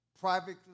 privately